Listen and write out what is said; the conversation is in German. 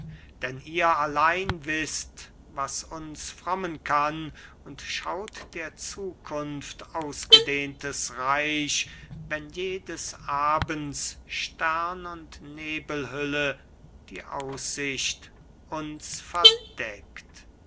denn ihr allein wißt was uns frommen kann und schaut der zukunft ausgedehntes reich wenn jedes abends stern und nebelhülle die aussicht uns verdeckt